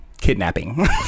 Kidnapping